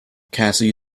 cassie